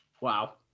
Wow